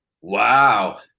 Wow